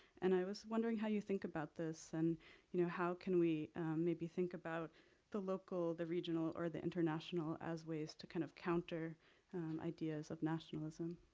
and i was wondering how you think about this, and you know, how can we maybe think about the local, the regional, or the international as ways to kind of counter ideas of nationalism?